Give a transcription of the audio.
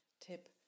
Tip